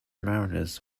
mariners